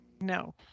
No